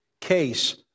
case